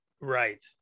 right